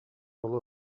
уолу